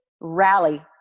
rally